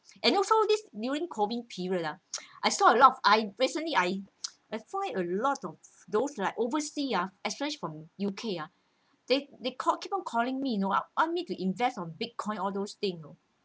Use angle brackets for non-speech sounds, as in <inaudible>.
and also this during COVID period ah <noise> I saw a lot of I recently I <noise> uh find a lot of those like overseas ah especially from U_K ah they they call kept on calling me you know want me to invest on Bitcoin all those thing you know